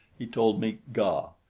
he told me ga,